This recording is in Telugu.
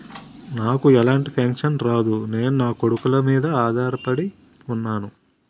నాకు ఎలాంటి పెన్షన్ రాదు నేను నాకొడుకుల మీద ఆధార్ పడి ఉన్నాను